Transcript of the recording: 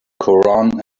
koran